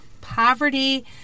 poverty